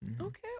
Okay